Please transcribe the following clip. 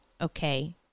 Okay